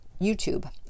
YouTube